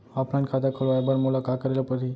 Offline खाता खोलवाय बर मोला का करे ल परही?